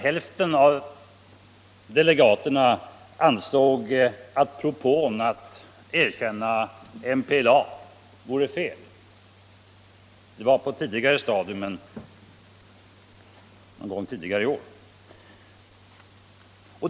Hälften av delegaterna ansåg att det vore fel att erkänna MPLA.